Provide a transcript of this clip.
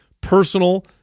personal